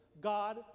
God